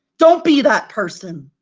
don't be that person.